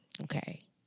Okay